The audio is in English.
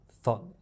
thought